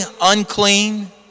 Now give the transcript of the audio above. unclean